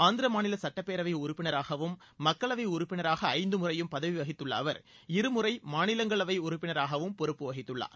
ஆந்திர மாநில சட்டப்பேரவை உறுப்பினராகவும் மக்களவை உறுப்பினராக ஐந்து முறையும் பதவி வகித்துள்ள அவர் இருமுறை மாநிலங்களவை உறுப்பினராகவும் பொறுப்பு வகித்துள்ளார்